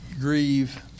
grieve